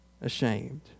ashamed